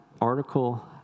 article